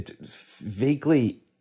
Vaguely